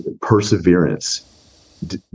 perseverance